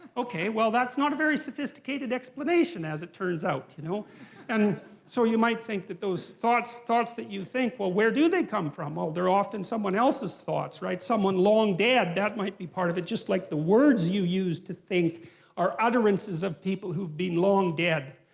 okay, well, that's not a very sophisticated explanation, as it turns out. you know and so you might think that those thoughts thoughts that you think, well, where do they come from? well, they're often someone else's thoughts, right? someone long dead, that might be part of it, just like the words you use to think are utterances of people who've been long dead.